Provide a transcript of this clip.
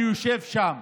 אני יושב שם.